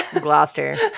Gloucester